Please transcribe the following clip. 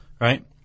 Right